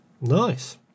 Nice